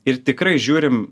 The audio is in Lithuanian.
ir tikrai žiūrim